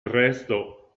resto